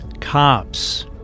cops